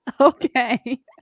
Okay